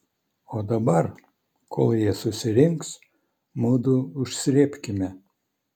o dabar kol jie susirinks mudu užsrėbkime